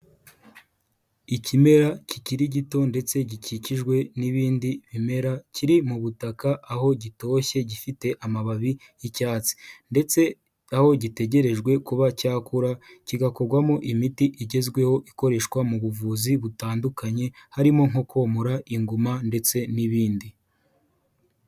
Ikimera kikiri gito ndetse gikikijwe n'ibindi bimera kiri mu butaka, aho gitoshye gifite amababi y'icyatsi ndetse aho gitegerejwe kuba cyakura kigakurwamo imiti igezweho ikoreshwa mu buvuzi butandukanye, harimo nko komora inguma ndetse n'ibindi.